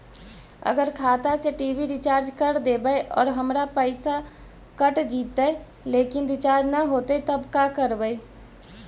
अगर खाता से टी.वी रिचार्ज कर देबै और हमर पैसा कट जितै लेकिन रिचार्ज न होतै तब का करबइ?